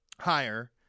higher